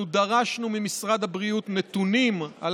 אנחנו דרשנו ממשרד הבריאות נתונים על